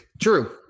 True